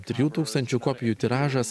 trijų tūkstančių kopijų tiražas